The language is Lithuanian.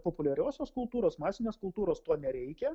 populiariosios kultūros masinės kultūros to nereikia